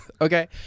Okay